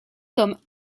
comme